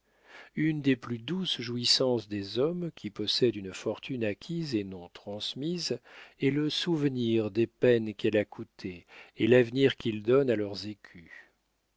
une des plus douces jouissances des hommes qui possèdent une fortune acquise et non transmise est le souvenir des peines qu'elle a coûtées et l'avenir qu'ils donnent à leurs écus